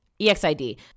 EXID